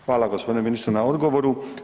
Hvala gospodinu ministru na odgovoru.